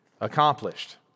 accomplished